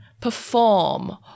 perform